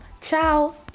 Ciao